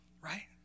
right